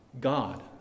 God